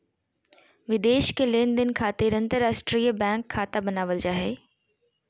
विदेश के लेनदेन खातिर अंतर्राष्ट्रीय बैंक खाता बनावल जा हय